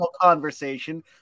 conversation